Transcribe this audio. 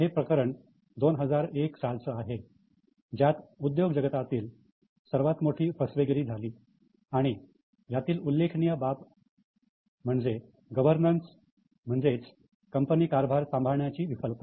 हे प्रकरण 2001 सालच आहे ज्यात उद्योग जगातील सर्वात मोठी फसवेगिरी झाली आणि यातील उल्लेखनीय बाब म्हणजे गव्हर्नन्सचे म्हणजे कंपनी कारभार सांभाळण्याची विफलता